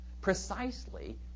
precisely